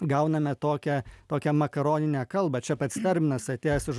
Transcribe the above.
gauname tokią tokią makaroninę kalbą čia pats terminas atėjęs iš